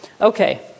Okay